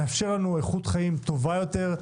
מאפשר לנו איכות חיים טובה יותר,